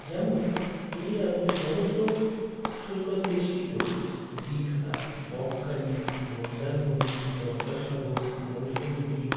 যেমন যদি আপনি সমুদ্র সৈকত বেষ্টিত দীঘা বকখালি মন্দারমণি গঙ্গাসাগর মৌসুমী দ্বীপ